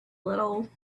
little